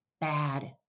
bad